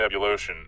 Nebulotion